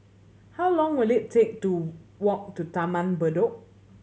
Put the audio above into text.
how long will it take to walk to Taman Bedok